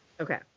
Okay